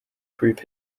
prove